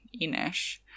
Enish